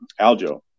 Aljo